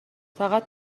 فقط